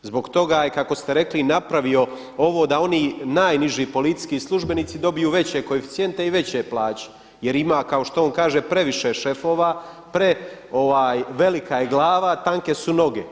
Zbog toga je kako ste rekli i napravio ovu da oni najniži policijski službenici dobiju veće koeficijente i veće plaće jer ima kako što on kaže previše šefova, prevelika je glava a tanke su noge.